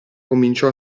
cominciò